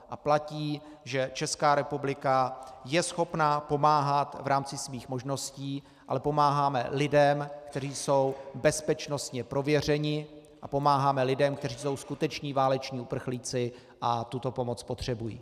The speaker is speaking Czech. A platí, že Česká republika je schopna pomáhat v rámci svých možností, ale pomáháme lidem, kteří jsou bezpečnostně prověřeni, a pomáháme lidem, kteří jsou skuteční váleční uprchlíci a tuto pomoc potřebují.